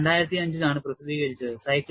ഇത് 2005 ലാണ് പ്രസിദ്ധീകരിച്ചത്